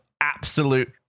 absolute